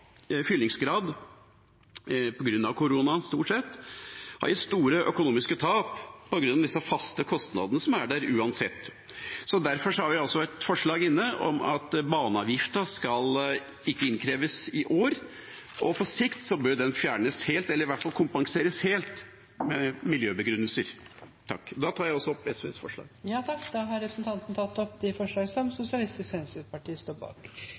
fyllingsgrad – på grunn av korona stort sett – har lidd store økonomiske tap på grunn av de faste kostnadene som er der uansett. Derfor har vi et forslag inne om at baneavgiften ikke skal innkreves i år, og på sikt bør den fjernes helt eller i hvert fall kompenseres helt med miljøbegrunnelser. Da tar jeg opp forslaget som SV står bak alene. Da har representanten Arne Nævra tatt opp det forslaget som Sosialistisk Venstreparti står bak